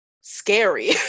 scary